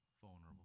vulnerable